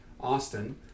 Austin